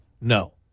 No